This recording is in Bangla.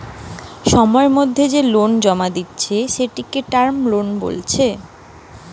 সময়ের মধ্যে যে লোন জমা দিতেছে, সেটিকে টার্ম লোন বলতিছে